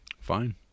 Fine